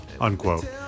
unquote